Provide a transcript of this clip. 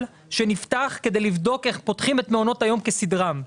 שנפתח כדי לבדוק איך פותחים את מעונות היום כסדרם.